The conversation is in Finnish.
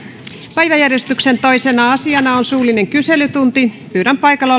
päiväjärjestyksen toisena asiana on suullinen kyselytunti pyydän paikalla